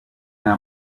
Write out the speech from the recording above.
nta